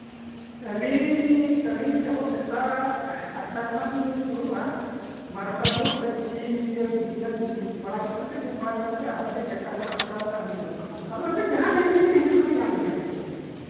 ᱟᱞᱤᱧ ᱟᱹᱞᱤᱧ ᱡᱟᱭᱦᱳᱠ ᱥᱮᱛᱟᱜ ᱟᱴᱴᱟ ᱠᱷᱚᱱᱟᱜ ᱞᱤᱧ ᱫᱩᱲᱩᱵᱼᱟ ᱵᱟᱨᱚᱴᱟ ᱵᱷᱳᱨ ᱚᱸᱰᱮ ᱠᱤᱪᱷᱤ ᱤᱭᱟᱹ ᱵᱟᱲᱟ ᱧᱚᱜ ᱠᱟᱛᱮᱫ ᱡᱚᱢ ᱵᱟᱲᱟ ᱧᱚᱜ ᱠᱟᱛᱮᱫ ᱟᱨᱦᱚᱸ ᱥᱮᱭ ᱠᱷᱚᱱᱟᱜ ᱫᱚ ᱛᱟᱨᱢᱟᱱᱮ ᱟᱹᱞᱤᱧ ᱞᱤᱧ ᱫᱩᱲᱩᱵ ᱠᱟᱱᱟ ᱦᱟᱸᱜ ᱟᱫᱚ ᱟᱹᱵᱤᱱ ᱡᱟᱦᱟᱸ ᱴᱟᱹᱭᱤᱢ ᱨᱮᱜᱮ ᱵᱤᱱ ᱦᱤᱡᱩᱜ ᱠᱷᱟᱱ ᱧᱟᱢ ᱞᱤᱧᱟ ᱟᱹᱞᱤᱧ ᱫᱚ